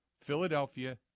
Philadelphia